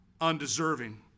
undeserving